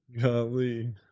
Golly